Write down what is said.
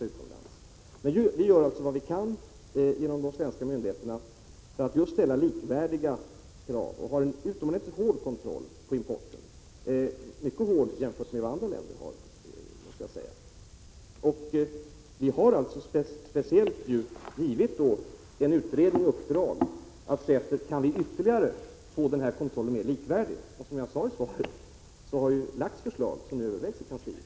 De svenska myndigheterna gör alltså vad de kan i syfte att åstadkomma att det ställs likvärdiga krav. Kontrollen på importvarorna är också utomordentligt hård, jämförd med andra länders kontroll. Vi har alltså givit en utredning det speciella uppdraget att se efter om vi kan få kontrollen mer likvärdig. Som jag också framhöll i svaret har det lagts fram förslag som nu övervägs i kansliet.